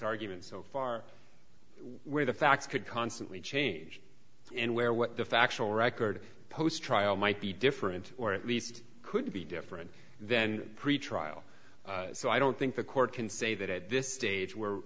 arguments so far where the facts could constantly change and where what the factual record post trial might be different or at least could be different then pretrial so i don't think the court can say that at this stage we're